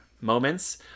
moments